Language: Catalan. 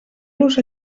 los